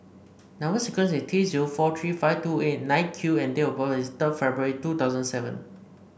number sequence is T zero four three five two eight nine Q and date of birth is third February two thousand seven